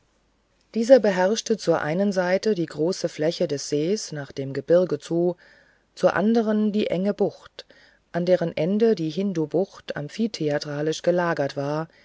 dieser beherrschte zur einen seite die große fläche des sees nach dem gebirge zu zur anderen die enge bucht an deren ende die hindubucht amphitheatralisch gelagert war